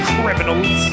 criminals